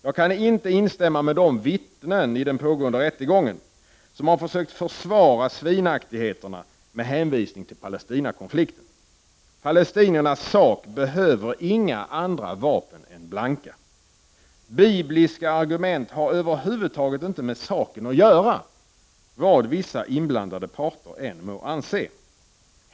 Jag kan inte instämma med de vittnen i den pågående rättegången som har försökt försvara svinaktigheterna med hänvisning till Palestinakonflikten. Palestiniernas sak behöver inga andra vapen än blanka. Bibliska argument har över huvud taget inte med saken att göra, vad vissa inblandade parter än må anse.